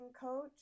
coach